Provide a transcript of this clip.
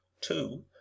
Two